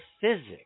physics